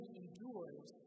endures